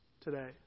today